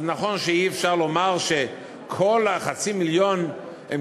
אז נכון שאי-אפשר לומר שכל חצי המיליון הם